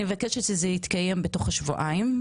אני מבקשת שזה יתקיים בתוך שבועיים,